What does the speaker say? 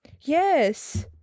Yes